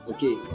Okay